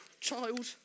child